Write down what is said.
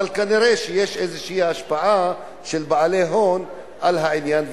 אבל כנראה יש איזו השפעה של בעלי הון על העניין,